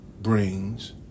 brings